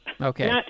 Okay